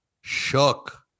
shook